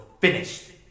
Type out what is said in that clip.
finished